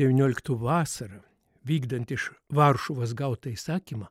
devynioliktų vasarą vykdant iš varšuvos gautą įsakymą